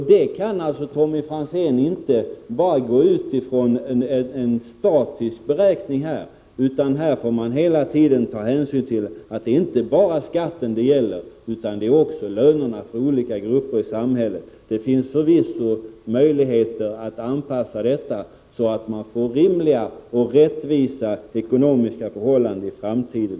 Man kan alltså, Tommy Franzén, inte utgå från några statiska förhållanden och göra en sådan beräkning. Det är inte bara skatten det gäller utan också lönerna för olika grupper i samhället. Det finns förvisso möjligheter att anpassa dem så att man får till stånd rimliga och rättvisa ekonomiska förhållanden också i framtiden.